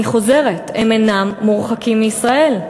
אני חוזרת: הם אינם מורחקים מישראל.